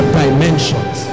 dimensions